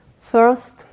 First